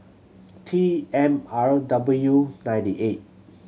T M R W ninety eight